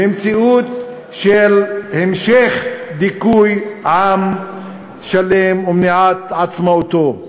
במציאות של המשך דיכוי עם שלם ומניעת עצמאותו.